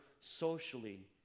socially